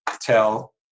tell